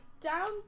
down